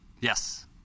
Yes